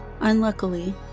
Unluckily